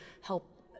help